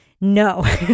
No